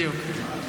בדיוק.